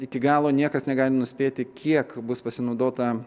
iki galo niekas negali nuspėti kiek bus pasinaudota